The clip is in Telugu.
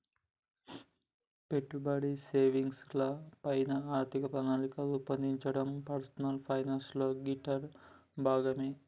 పెట్టుబడి, సేవింగ్స్ ల పైన ఆర్థిక ప్రణాళికను రూపొందించడం పర్సనల్ ఫైనాన్స్ లో గిట్లా భాగమే